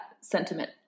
sentiment